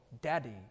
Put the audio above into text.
daddy